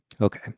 Okay